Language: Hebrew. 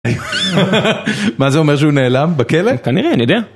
מה זה אומר שהוא נעלם בכלא? כנראה, אני יודע?